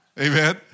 Amen